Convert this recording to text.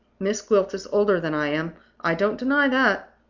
miss gwilt is older than i am i don't deny that.